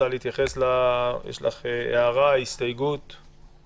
מה השינוי הדרמטי